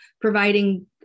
providing